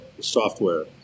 software